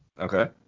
Okay